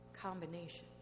combination